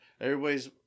everybody's